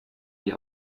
wie